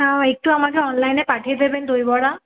হ্যাঁ একটু আমাকে অনলাইনে পাঠিয়ে দেবেন দই বড়া